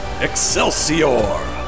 excelsior